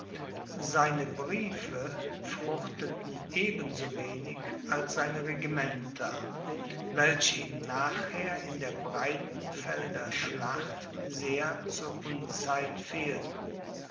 seine briefe fruchteten eben so wenig als seine regimenter welche ihm nachher in der breitenfelder schlacht sehr zur unzeit fehlten